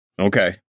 Okay